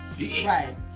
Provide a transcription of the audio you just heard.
Right